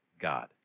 God